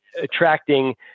attracting